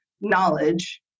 knowledge